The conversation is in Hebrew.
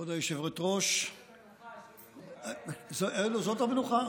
כבוד היושבת-ראש, איזו מנוחה, שוסטר, איזו מנוחה?